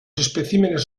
especímenes